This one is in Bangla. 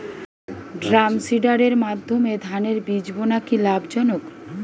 ড্রামসিডারের মাধ্যমে ধানের বীজ বোনা কি লাভজনক?